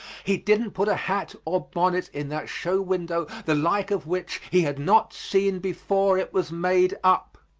he didn't put a hat or bonnet in that show window the like of which he had not seen before it was made up.